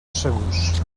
segurs